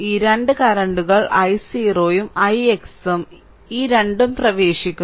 ഈ രണ്ട് കറന്റുകൾ i0 ഉം ix ഉം ഈ രണ്ട് പ്രവേശിക്കുന്നു